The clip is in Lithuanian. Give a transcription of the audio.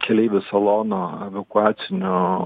keleivių salono evakuacinio